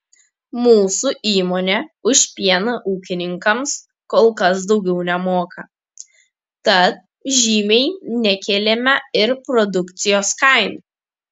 mūsų įmonė už pieną ūkininkams kol kas daugiau nemoka tad žymiai nekėlėme ir produkcijos kainų